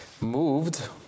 moved